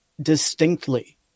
distinctly